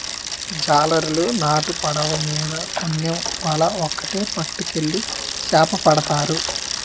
జాలరులు నాటు పడవ మీద కోనేమ్ వల ఒక్కేటి పట్టుకెళ్లి సేపపడతారు